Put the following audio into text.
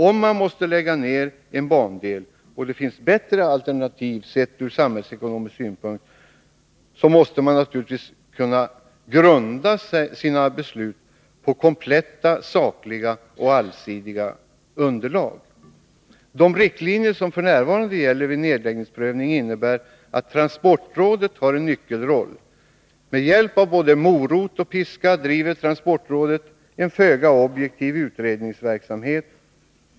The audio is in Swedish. Om man måste lägga ner en bandel och det finns bättre alternativ sett ur samhällsekonomisk synpunkt, måste man naturligtvis kunna grunda sina beslut på kompletta, sakliga och allsidiga underlag. De riktlinjer som f. n. gäller vid nedläggningsprövning innebär att transportrådet har en nyckelroll. Med hjälp av både morot och piska driver transportrådet en föga objektiv utredningsverksamhet.